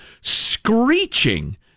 screeching